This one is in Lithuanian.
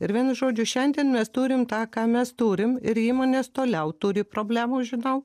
ir vienu žodžiu šiandien mes turim tą ką mes turim ir įmonės toliau turi problemų žinau